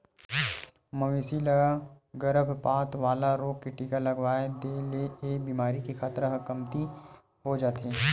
मवेशी ल गरभपात वाला रोग के टीका लगवा दे ले ए बेमारी के खतरा ह कमती हो जाथे